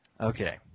Okay